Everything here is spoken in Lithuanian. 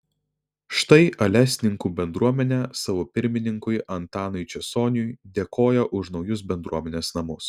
štai alesninkų bendruomenė savo pirmininkui antanui česoniui dėkoja už naujus bendruomenės namus